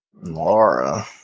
Laura